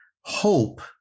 hope